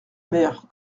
mère